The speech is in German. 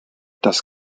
das